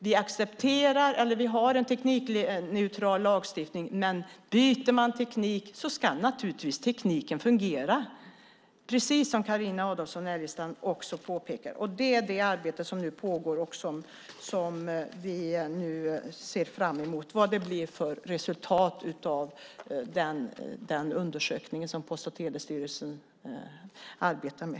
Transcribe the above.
Vi har en teknikneutral lagstiftning, men byter man teknik ska tekniken naturligtvis fungera, precis som Carina Adolfsson Elgestam också påpekar. Det är det arbetet som nu pågår, och vi ser fram mot resultatet av den undersökning som Post och telestyrelsen arbetar med.